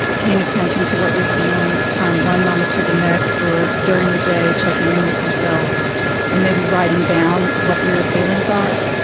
paying attention to what you're feeling from one moment to the next, or during the day, checking in with yourself and maybe writing down what your feelings are